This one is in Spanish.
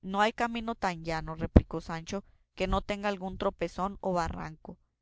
no hay camino tan llano replicó sancho que no tenga algún tropezón o barranco